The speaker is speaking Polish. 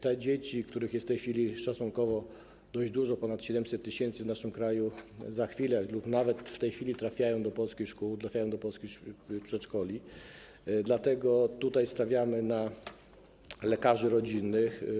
Te dzieci, których jest w tej chwili szacunkowo dość dużo, ponad 700 tys., w naszym kraju, za chwilę trafią, lub nawet w tej chwili trafiają, do polskich szkół, do polskich przedszkoli, dlatego tutaj stawiamy na lekarzy rodzinnych.